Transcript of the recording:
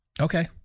okay